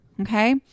Okay